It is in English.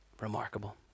Remarkable